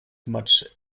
much